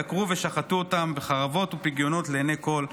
דקרו ושחטו אותם בחרבות ובפגיונות לעיני כול,